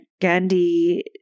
gandhi